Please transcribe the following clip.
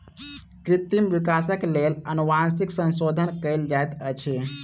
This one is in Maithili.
कृत्रिम विकासक लेल अनुवांशिक संशोधन कयल जाइत अछि